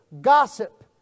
gossip